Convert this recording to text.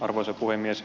arvoisa puhemies